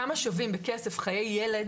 כמה שווים בכסף חיי ילד